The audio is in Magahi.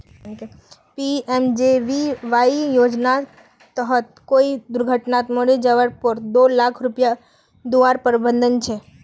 पी.एम.जे.बी.वाई योज्नार तहत कोए दुर्घत्नात मोरे जवार पोर दो लाख रुपये दुआर प्रावधान छे